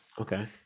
Okay